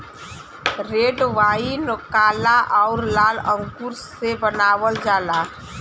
red wine काला आउर लाल अंगूर से बनावल जाला